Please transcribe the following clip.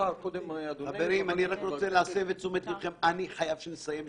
אני חייב שנסיים.